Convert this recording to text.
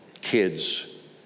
Kids